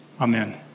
Amen